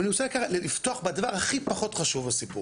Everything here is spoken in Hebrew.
אני רוצה לפתוח בדבר הכי פחות חשוב בסיפור,